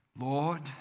Lord